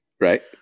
right